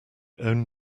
own